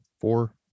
four